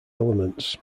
elements